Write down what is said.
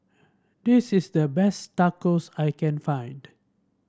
this is the best Tacos I can find